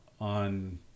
on